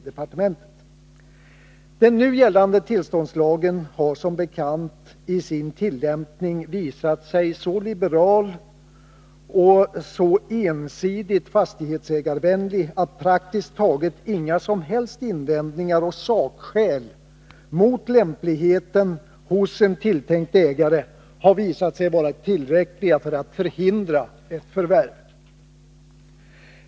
Den nu gällande tillståndslagen har som bekant i sin tillämpning visat sig så liberal och så ensidigt fastighetsägarvänlig att praktiskt taget inga som helst invändningar och sakskäl mot en tilltänkt ägares lämplighet visat sig vara tillräckliga för att hindra ett förvärv.